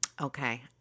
Okay